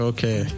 Okay